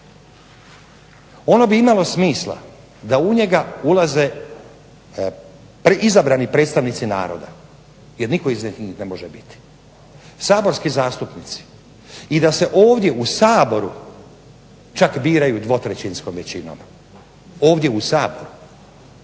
Ono bi imalo smisla da u njega ulaze izabrani predstavnici naroda jer nitko iznad njih ne može biti, saborski zastupnici i da se ovdje u Saboru čak biraju 2/3-skom većinom. Ovdje u Saboru.